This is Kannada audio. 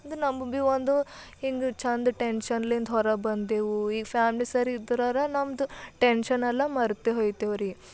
ಅಂದ್ರೆ ನಮ್ಮ ಭೀ ಒಂದು ಹಿಂಗೆ ಚೆಂದ ಟೆನ್ಶನ್ಲಿಂದ ಹೊರಬಂದೆವು ಈಗ ಫಾಮ್ಲಿ ಸರಿ ಇದ್ರಾರ ನಮ್ಮದು ಟೆನ್ಶನ್ ಎಲ್ಲ ಮರ್ತು ಹೋಗ್ತೇವ್ರಿ